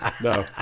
No